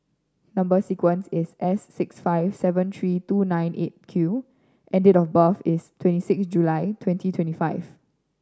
number sequence is S six five seven three two nine Eight Q and date of birth is twenty six July twenty twenty five